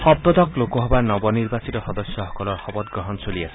সপ্তদশ লোকসভাৰ নৱ নিৰ্বাচিত সদস্যসকলৰ শপত গ্ৰহণ চলি আছে